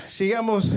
sigamos